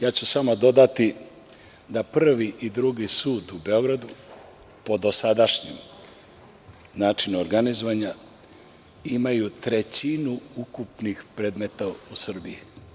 Ja ću samo dodati da Prvi i Drugi sud u Beogradu, po dosadašnjem načinu organizovanja, imaju trećinu ukupnih predmeta u Srbiji.